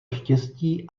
štěstí